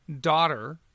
daughter